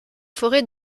forêts